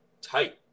tight